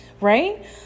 right